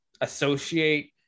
associate